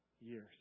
years